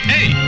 Hey